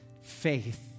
faith